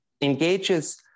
engages